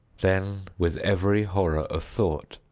then, with every horror of thought,